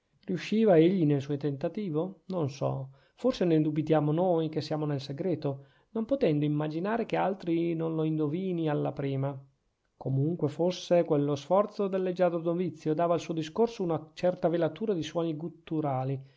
riusciva egli nel suo tentativo non so forse ne dubitiamo noi che siamo nel segreto non potendo immaginare che altri non lo indovini alla prima comunque fosse quello sforzo del leggiadro novizio dava al suo discorso una certa velatura di suoni gutturali